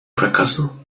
fracaso